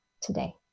today